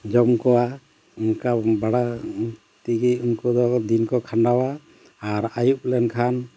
ᱡᱚᱢ ᱠᱚᱣᱟ ᱚᱱᱠᱟ ᱵᱟᱲᱟ ᱛᱮᱜᱮ ᱩᱱᱠᱩ ᱫᱚ ᱫᱤᱱ ᱠᱚ ᱠᱷᱟᱸᱰᱟᱣᱟ ᱟᱨ ᱟᱹᱭᱩᱵ ᱞᱮᱱᱠᱷᱟᱱ